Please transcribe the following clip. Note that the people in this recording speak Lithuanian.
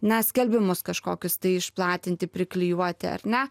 na skelbimus kažkokius tai išplatinti priklijuoti ar ne